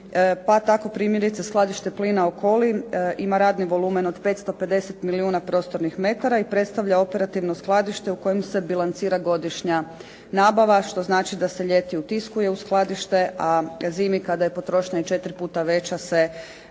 tako primjerice skladište plina u KOli ima radni volumen od 550 milijuna prostornih metara i predstavlja operativno skladište u kojem se bilancira godišnja nabava što znači da se ljeti utiskuje u skladište a zimi kada je potrošnja 4 puta veća se